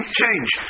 change